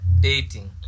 dating